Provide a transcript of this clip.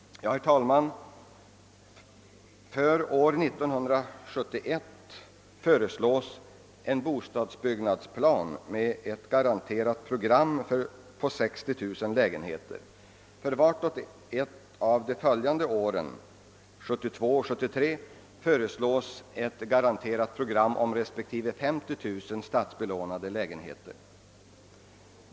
Herr talman! För år 1971 föreslås en bostadsbyggnadsplan med ett garanterat program på 60 000 lägenheter. För vartdera av de följande åren, 1972 och 1973, föreslås ett garanterat program om. respektive 50.000 statsbelånade lägenheter.